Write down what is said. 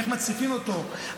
איך מציפים אותה,